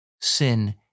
sin